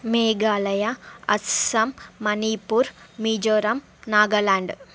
Meghalaya Assam Manipur Mizoram Nagaland